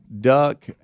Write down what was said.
Duck